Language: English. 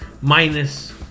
minus